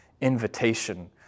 invitation